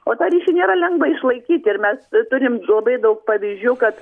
o tą ryšį nėra lengva išlaikyt ir mes turim labai daug pavyzdžių kad